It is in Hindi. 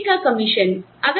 और बिक्री का कमीशन